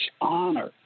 honor